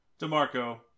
DeMarco